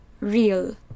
real